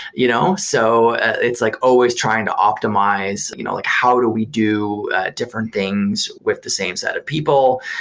you know so it's like always trying to optimize you know like how do we do different things with the same set of people.